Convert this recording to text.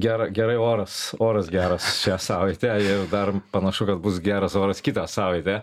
gera gerai oras oras geras šią savaitę ir dabar panašu kad bus geras oras kitą savaitę